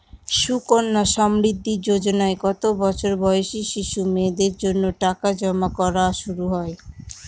সুকন্যা সমৃদ্ধি যোজনায় কত বছর বয়সী শিশু মেয়েদের জন্য টাকা জমা করা শুরু হয়?